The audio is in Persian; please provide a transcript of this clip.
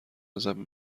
ازم